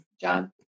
John